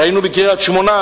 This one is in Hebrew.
ראינו בקריית-שמונה,